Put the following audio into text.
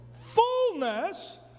fullness